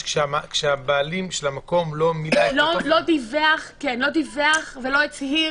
שהבעלים של המקום לא דיווח ולא הצהיר